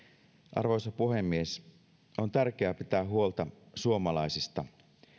arvoisa puhemies on tärkeää pitää huolta suomalaisista